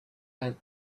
and